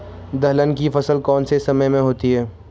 दलहन की फसल कौन से समय में होती है?